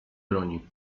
broni